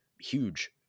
huge